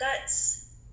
guts